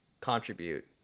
contribute